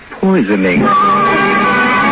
poisoning